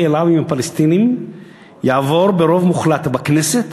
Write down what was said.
אליו עם הפלסטינים יעבור ברוב מוחלט בכנסת